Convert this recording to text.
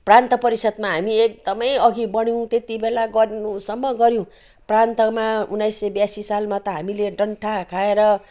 प्रान्त परिषदमा हामी एकदमै अघि बढ्यौँ त्यति बेला गर्नुसम्म गऱ्यौँ प्रान्तमा उनाइसौँ ब्यासी सालमा त हामीले डन्ठा खाएर